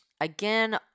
Again